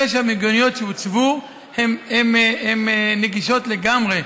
שש המיגוניות שהוצבו הן נגישות לגמרי,